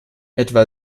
etwa